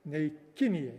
nei kinijai